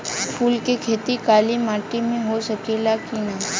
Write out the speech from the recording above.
फूल के खेती काली माटी में हो सकेला की ना?